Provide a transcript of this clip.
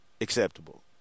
acceptable